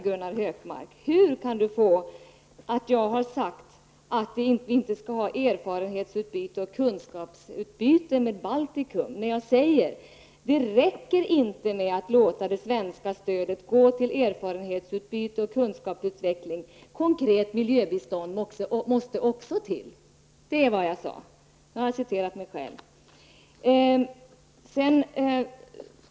Hur kan han få det till att jag har sagt att Sverige inte skall ha erfarenhetsutbyte och kunskapsutbyte med Baltikum när jag säger att det inte räcker med att låta det svenska stödet gå till erfarenhetsutbyte och kunskapsutveckling? Även konkret miljöbistånd måste till, det är vad jag sade, och nu har jag citerat mig själv.